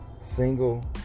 single